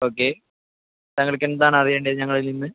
okay താങ്കൾക്ക് എന്താണ് അറിയേണ്ടത് ഞങ്ങളേൽ നിന്ന്